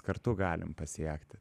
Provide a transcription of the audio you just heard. kartu galim pasiekti